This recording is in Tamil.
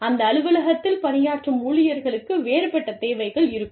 அந்த அலுவலகத்தில் பணியாற்றும் ஊழியர்களுக்கு வேறுபட்ட தேவைகள் இருக்கும்